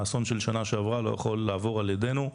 האסון של שנה שעברה לא יכול לעבור על ידנו,